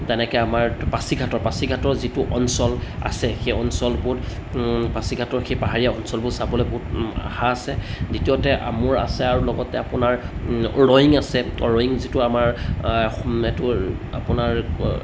তেনেকৈ আমাৰ পাছিঘাটৰ পাছিঘাটৰ যিটো অঞ্চল আছে সেই অঞ্চলবোৰ পাছিঘাটৰ সেই পাহাৰীয়া অঞ্চলবোৰ চাবলৈ বহুত আশা আছে দ্বিতীয়তে মোৰ আছে আৰু লগতে আপোনাৰ ৰয়িং আছে অঁ ৰয়িং যিটো আমাৰ এইটো আপোনাৰ